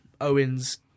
Owens